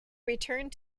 returned